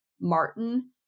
Martin